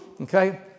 Okay